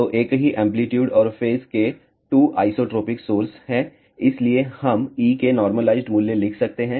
तो एक ही एंप्लीट्यूड और फेज के 2 आइसोट्रोपिक सोर्स हैं इसलिए अब हम E के नार्मलाइज्ड मूल्य लिख सकते हैं